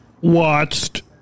watched